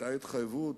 היתה התחייבות,